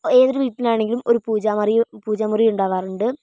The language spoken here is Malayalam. ഏതൊരു വീട്ടിലാണെങ്കിലും ഒരു പൂജാമറിയും പൂജാമുറിയും ഉണ്ടാവാറിണ്ട്